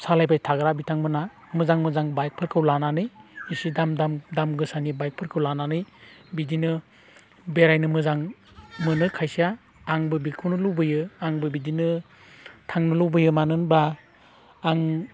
सालायबाय थाग्रा बिथांमोना मोजां मोजां बाइकफोरखौ लानानै एसे दाम दाम गोसानि बाइक फोरखौ लानानै बिदिनो बेरायनानै मोजां मोनो खायसेया आंबो बेखौनो लुबैयो आंबो बिदिनो थांनो लुबैयो मानोहोनब्ला आं